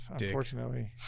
Unfortunately